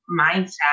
mindset